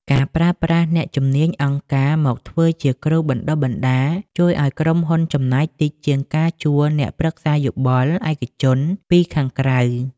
ការប្រើប្រាស់អ្នកជំនាញអង្គការមកធ្វើជាគ្រូបណ្ដុះបណ្ដាល ជួយឱ្យក្រុមហ៊ុនចំណាយតិចជាងការជួលអ្នកប្រឹក្សាយោបល់ឯកជនពីខាងក្រៅ។